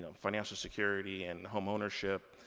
um financial security, and home ownership,